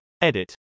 edit